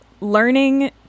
learning